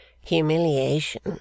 Humiliation